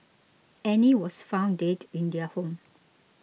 Annie was found dead in their home